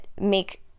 make